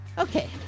Okay